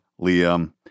Liam